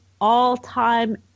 all-time